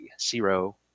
Zero